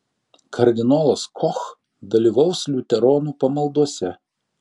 kardinolas koch dalyvaus liuteronų pamaldose